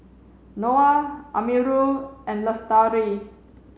Noah Amirul and Lestari